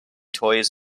toys